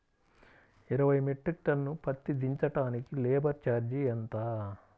ఇరవై metric ton పత్తి దించటానికి లేబర్ ఛార్జీ ఎంత?